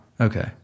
Okay